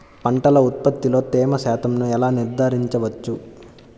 పంటల ఉత్పత్తిలో తేమ శాతంను ఎలా నిర్ధారించవచ్చు?